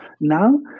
Now